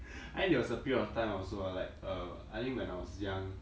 and there was a period of time I also ah like err I think when I was young